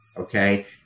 okay